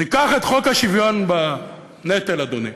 ניקח את חוק השוויון בנטל, אדוני,